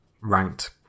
ranked